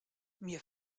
mir